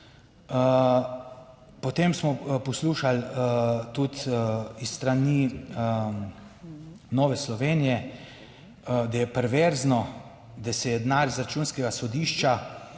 Potem smo poslušali tudi s strani Nove Slovenije, da je perverzno, da se je denar iz Računskega sodišča